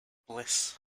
bliss